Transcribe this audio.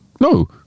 No